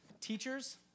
Teachers